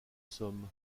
somme